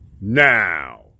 Now